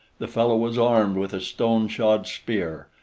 the fellow was armed with a stone-shod spear,